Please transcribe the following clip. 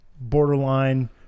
borderline